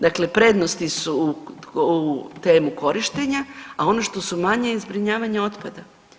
Dakle, prednosti su u temu korištenja, a ono što su mane je zbrinjavanje otpada.